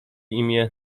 imię